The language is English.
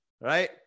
right